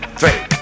three